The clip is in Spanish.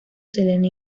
selena